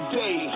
day